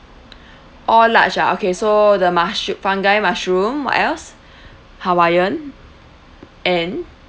all large ah okay so the mushr~ fungi mushroom what else hawaiian and